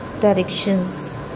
directions